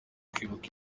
kwibuka